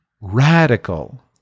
radical